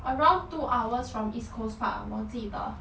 around two hours from east coast park 我记得